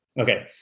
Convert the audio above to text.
okay